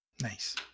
Nice